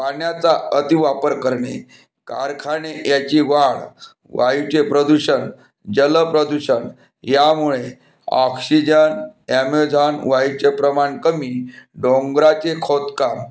पाण्याचा अती वापर करणे कारखाने याची वाढ वायूचे प्रदूषण जल प्रदूषण यामुळे ऑक्सिजन ॲमेझॉन वायूचे प्रमाण कमी डोंगराचे खोदकाम